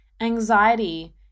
anxiety